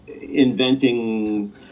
inventing